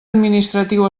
administratiu